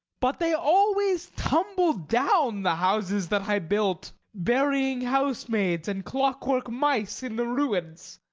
but they always tumbled down, the houses that i built, burying housemaids and clockwork mice in the ruins.